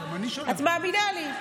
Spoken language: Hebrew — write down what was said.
את מאמינה לי?